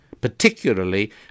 particularly